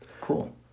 Cool